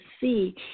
see